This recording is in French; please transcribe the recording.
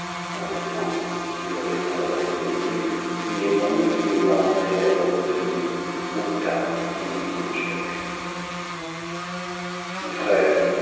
en revenant j'aurai soin d'apporter des vivres il est bon de n'y pas entrer d'abord tous deux au cas qu'il y ait du danger à craindre mon rëre